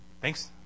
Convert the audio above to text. Thanks